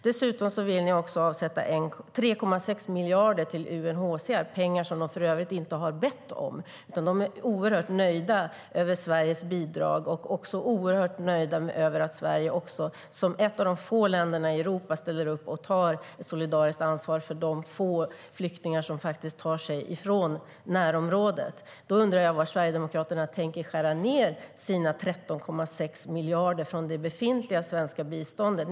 Dessutom vill ni avsätta 3,6 miljarder till UNHCR, pengar som de för övrigt inte har bett om. De är oerhört nöjda med Sveriges bidrag och också oerhört nöjda med att Sverige som ett av få länder i Europa ställer upp och tar ett solidariskt ansvar för de få flyktingar som faktiskt tar sig från närområdet. Då undrar jag var Sverigedemokraterna tänker skära ned sina 13,6 miljarder från det befintliga svenska biståndet.